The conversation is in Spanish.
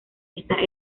está